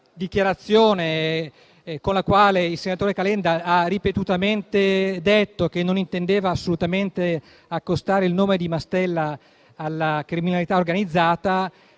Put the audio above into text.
dichiarazione con la quale il senatore Calenda, come egli stesso ha ripetutamente detto, non intendeva assolutamente accostare il nome di Mastella alla criminalità organizzata.